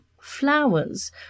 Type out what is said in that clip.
flowers